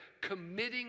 committing